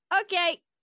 okay